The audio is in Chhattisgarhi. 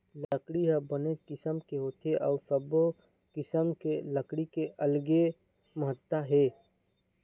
लकड़ी ह बनेच किसम के होथे अउ सब्बो किसम के लकड़ी के अलगे महत्ता हे